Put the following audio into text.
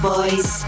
Boys